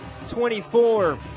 24